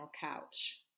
couch